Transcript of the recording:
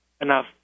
enough